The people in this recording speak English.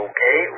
Okay